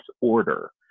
order